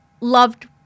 loved